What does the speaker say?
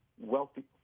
wealthy